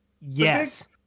yes